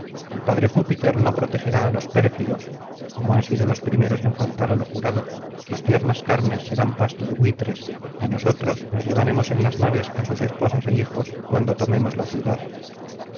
el padre júpiter no protegerá á los pérfidos como han sido los primeros en faltar á lo jurado sus tiernas carnes serán pasto de buitres y nosotros nos llevaremos en las naves á sus esposas é hijos cuando tomemos la ciudad